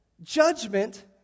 judgment